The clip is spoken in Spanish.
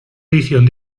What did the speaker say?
edición